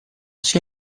sia